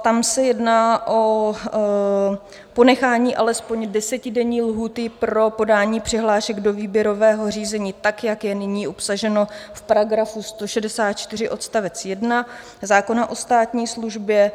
Tam se jedná o ponechání alespoň desetidenní lhůty pro podání přihlášek do výběrového řízení tak, jak je nyní obsaženo v § 164 odst. 1 zákona o státní službě.